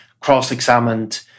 cross-examined